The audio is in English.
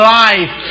life